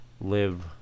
live